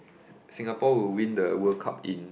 Singapore will win the World Cup in